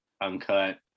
uncut